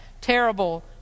terrible